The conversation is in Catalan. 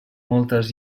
moltes